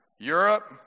Europe